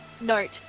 note